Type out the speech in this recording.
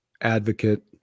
advocate